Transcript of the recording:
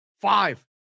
Five